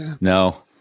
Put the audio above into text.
No